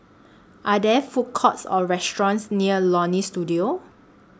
Are There Food Courts Or restaurants near Leonie Studio